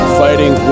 fighting